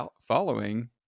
following